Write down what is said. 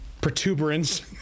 protuberance